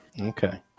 Okay